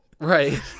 Right